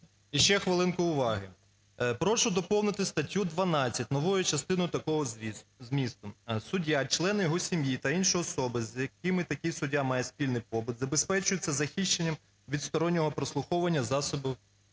І ще хвилинку уваги. Прошу доповнити статтю 12 новою частиною такого змісту: "Суддя, члени його сім'ї та інші особи, з якими такий суддя має спільний побут, забезпечується захищеними від стороннього прослуховування засобами